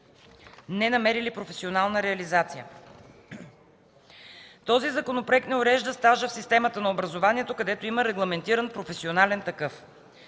не намерили професионална реализация. Този законопроект не урежда стажа в системата на образованието, където има регламентиран професионален такъв.